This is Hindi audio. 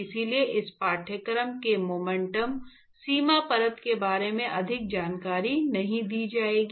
इसलिए इस पाठ्यक्रम में मोमेंटम सीमा परत के बारे में अधिक जानकारी नहीं दी जाएगी